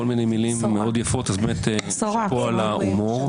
באמת שאפו על ההומור,